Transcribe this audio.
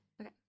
Okay